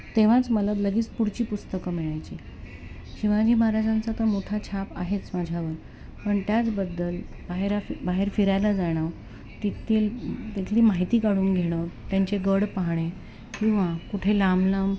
तेव्हाच मला लगेच पुढची पुस्तकं मिळायची शिवाजी महाराजांचा तर मोठा छाप आहेच माझ्यावर पण त्याचबद्दल बाहेर बाहेर फिरायला जाणं तेथील तिथली माहिती काढून घेणं त्यांचे गड पाहणे किंवा कुठे लांब लांब